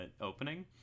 opening